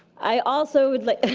i also would like